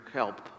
help